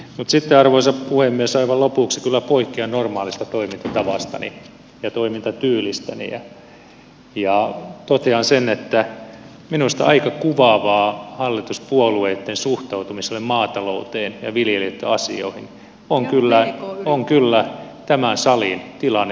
mutta sitten arvoisa puhemies aivan lopuksi kyllä poikkean normaalista toimintatavastani ja toimintatyylistäni ja totean sen että minusta aika kuvaavaa hallituspuolueitten suhtautumiselle maatalouteen ja viljelijöitten asioihin on kyllä tämän salin tilanne tällä hetkellä